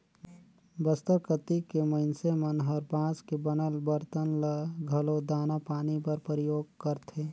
बस्तर कति के मइनसे मन हर बांस के बनल बरतन ल घलो दाना पानी बर परियोग करथे